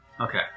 Okay